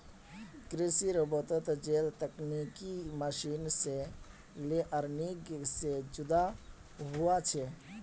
कृषि रोबोतोत जेल तकनिकी मशीन छे लेअर्निंग से जुदा हुआ छे